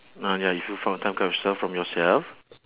ah ya if you found a time capsule from yourself